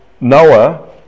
Noah